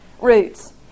roots